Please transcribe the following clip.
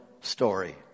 story